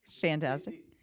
fantastic